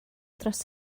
dros